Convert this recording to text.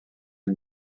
are